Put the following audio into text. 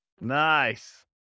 Nice